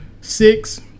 Six